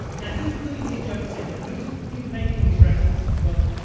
now, who's putting these jokes in there? who's who's making these references? well,